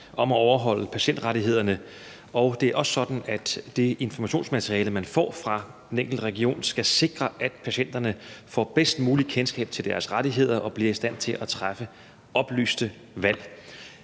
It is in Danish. om at overholde patientrettighederne, og det er også sådan, at det informationsmateriale, man får fra den enkelte region, skal sikre, at patienterne får bedst muligt kendskab til deres rettigheder og bliver i stand til at træffe oplyste valg.